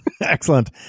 Excellent